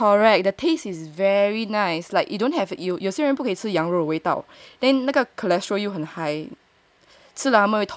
correct the taste is very nice like you don't have you 有些人不可以吃羊肉味道 then 那个 cholesterol 很 high 吃了他们